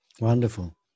Wonderful